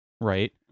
right